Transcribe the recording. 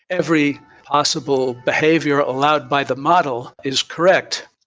every possible behavior allowed by the model is correct.